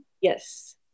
Yes